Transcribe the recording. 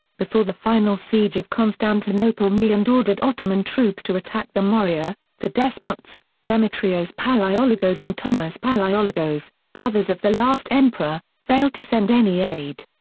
before the final siege of constantinople mehmed and ordered ottoman troops to attack the morea, the despots, demetrios palaiologos and thomas palaiologos, brothers of the last emperor, failed to send any aid.